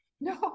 No